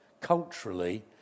Culturally